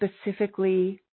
specifically